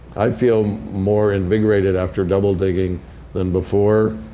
i feel more invigorated after double digging than before.